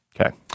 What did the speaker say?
Okay